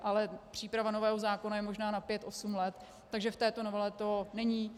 Ale příprava nového zákona je možná na pět, osm let, takže v této novele to není.